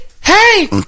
hey